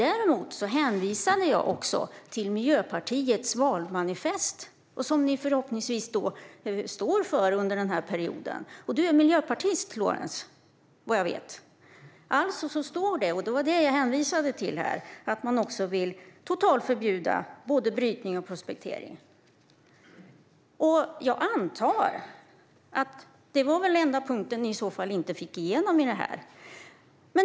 Däremot hänvisade jag till Miljöpartiets valmanifest, som ni förhoppningsvis står för under den här mandatperioden. Och du är miljöpartist, Lorentz - vad jag vet. Det står alltså, vilket var det jag hänvisade till, att man vill totalförbjuda både brytning och prospektering. Jag antar att det var den enda punkten ni i så fall inte fick igenom i detta.